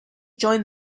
joined